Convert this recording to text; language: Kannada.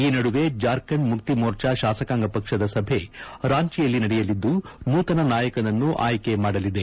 ಈ ನಡುವೆ ಜಾರ್ಖಂಡ್ ಮುಕ್ಕಿಮೋರ್ಚಾ ಶಾಸಕಾಂಗ ಪಕ್ಷದ ಸಭೆ ರಾಂಚಿಯಲ್ಲಿ ನಡೆಯಲಿದ್ದು ನೂತನ ನಾಯಕನನ್ನು ಆಯ್ಲೆ ಮಾಡಲಿದೆ